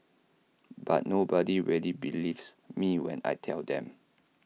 but nobody really believes me when I tell them